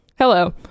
Hello